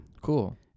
Cool